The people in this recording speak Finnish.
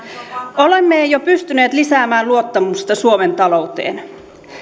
olemme jo pystyneet lisäämään luottamusta suomen talouteen